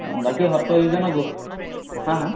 অঁ বাকী সত্ৰ ইজনৰ ঘুখ হাঁ হা